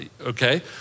okay